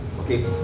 Okay